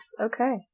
Okay